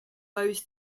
rows